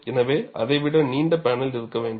எனவே அதை விட நீண்ட பேனல் இருக்க வேண்டும்